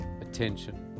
attention